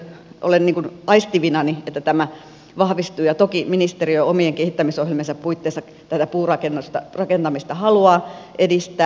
olen aistivinani että tämä vahvistuu ja toki ministeriö omien kehittämisohjelmiensa puitteissa tätä puurakentamista haluaa edistää